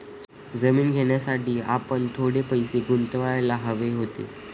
जमीन घेण्यासाठी आपण थोडे पैसे गुंतवायला हवे होते